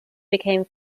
became